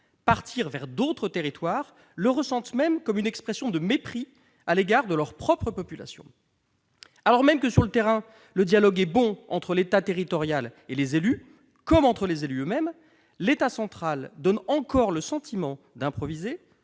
partir vers d'autres territoires le ressentent même comme une expression de mépris à l'égard de leur propre population. Alors même que, sur le terrain, le dialogue est bon entre l'État territorial et les élus, comme entre les élus eux-mêmes, l'État central continuer de donner le sentiment qu'il improvise,